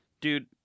Dude